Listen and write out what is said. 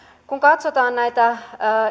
kun katsotaan näitä